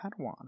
Padawan